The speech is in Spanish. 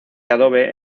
adobe